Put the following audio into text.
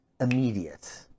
immediate